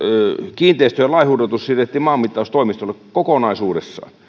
kiinteistöjen lainhuudatus siirrettiin maanmittaustoimistolle kokonaisuudessaan